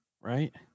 right